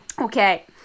Okay